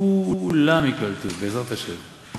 כולם ייקלטו, בעזרת השם.